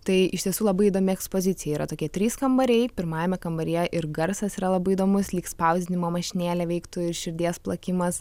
tai iš tiesų labai įdomi ekspozicija yra tokie trys kambariai pirmajame kambaryje ir garsas yra labai įdomus lyg spausdinimo mašinėlė veiktų ir širdies plakimas